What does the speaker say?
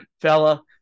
fella